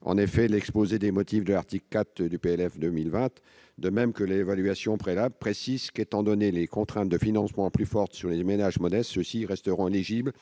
En effet, l'exposé des motifs de l'article 4 du PLF 2020- de même que l'évaluation préalable -précise :« étant donné les contraintes de financement plus fortes sur les ménages modestes, ceux-ci resteront éligibles